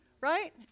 right